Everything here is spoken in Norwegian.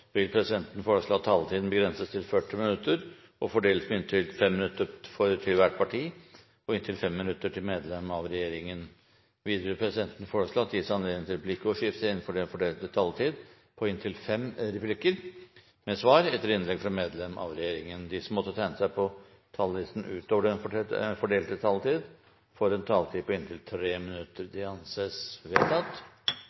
40 minutter og fordeles med inntil 5 minutter til hvert parti og inntil 5 minutter til medlem av regjeringen. Videre vil presidenten foreslå at det gis anledning til replikkordskifte på inntil fem replikker med svar etter innlegg fra medlem av regjeringen innenfor den fordelte taletid. Videre blir det foreslått at de som måtte tegne seg på talerlisten utover den fordelte taletid, får en taletid på inntil 3 minutter.